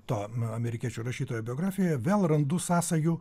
to amerikiečių rašytojo biografijoje vėl randu sąsajų